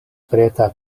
preta